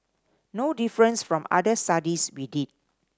no difference from other studies we did